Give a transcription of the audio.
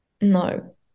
No